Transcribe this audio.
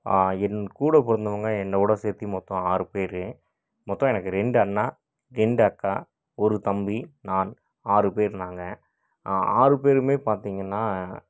என் கூட பிறந்தவங்க என்னோட சேர்த்தி மொத்தம் ஆறு பேர் மொத்தம் எனக்கு ரெண்டு அண்ணா ரெண்டு அக்கா ஒரு தம்பி நான் ஆறு பேர் நாங்கள் ஆறு பேருமே பார்த்திங்கன்னா